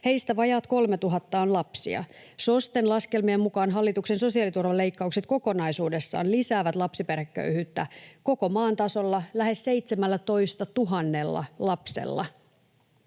Heistä vajaat 3 000 on lapsia. SOSTEn laskelmien mukaan hallituksen sosiaaliturvaleikkaukset kokonaisuudessaan lisäävät lapsiperheköyhyyttä koko maan tasolla lähes 17 000 lapsella.